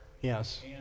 Yes